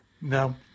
No